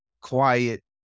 quiet